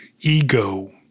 ego